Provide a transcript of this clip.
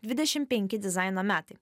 dvidešim penki dizaino metai